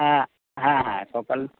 হ্যাঁ হ্যাঁ হ্যাঁ সকাল